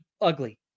ugly